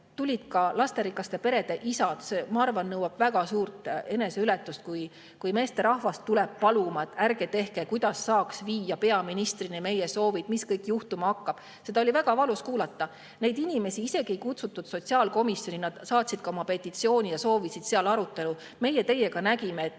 Tulid ka lasterikaste perede isad. Ma arvan, et nõuab väga suurt eneseületust, kui meesterahvas tuleb paluma, et ärge tehke seda, ja kuidas saaks viia peaministrini meie soovid ja [kartused], mis kõik juhtuma hakkab. Seda oli väga valus kuulata. Neid inimesi aga isegi ei kutsutud sotsiaalkomisjoni, kuigi nad saatsid ka oma petitsiooni ja soovisid seal arutelu. Meie teiega nägime, et